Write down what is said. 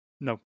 No